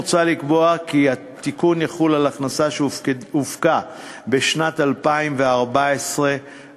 מוצע לקבוע כי התיקון יחול על הכנסה שהופקה בשנת 2014 ואילך,